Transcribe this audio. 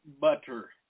butter